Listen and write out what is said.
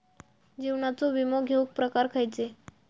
जीवनाचो विमो घेऊक प्रकार खैचे?